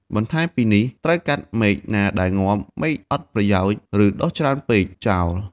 បន្ថែមពីនេះត្រូវកាត់មែកណាដែលងាប់ មែកអត់ប្រយោជន៍ ឬដុះច្រើនពេកចោល។